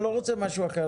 אני לא רוצה משהו אחר,